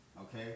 Okay